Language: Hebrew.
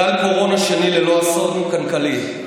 גל קורונה שני ללא אסון כלכלי".